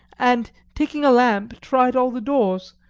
and taking a lamp, tried all the doors.